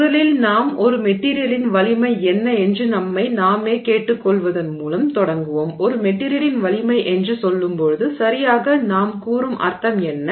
முதலில் நாம் ஒரு மெட்டிரியலின் வலிமை என்ன என்று நம்மை நாமே கேட்டுக்கொள்வதன் மூலம் தொடங்குவோம் ஒரு மெட்டிரியலின் வலிமை என்று சொல்லும்போது சரியாக நாம் கூறும் அர்த்தம் என்ன